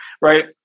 right